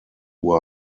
who